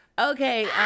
Okay